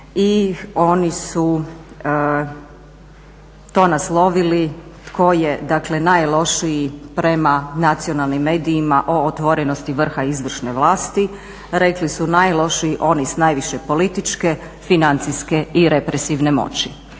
i oni su to naslovili – Tko je najlošiji prema nacionalnim medijima o otvorenosti vrha izvršne vlasti. Rekli su najlošiji oni s najviše političke, financijske i represivne moći.